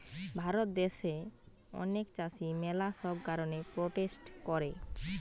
ভারত দ্যাশে অনেক চাষী ম্যালা সব কারণে প্রোটেস্ট করে